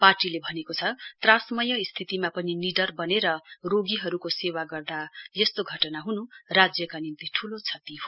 पार्टीले भनेको छ त्रासमय स्थितिमा पनि निडट बनेर रोगीहरुको सेवा गर्दा गर्दै यस्तो घटना हुनु राज्यका निम्ति ठूलो क्षति हो